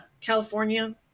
California